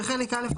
בחלק א',